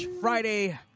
Friday